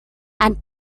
and